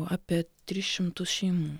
apie tris šimtus šeimų